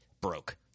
broke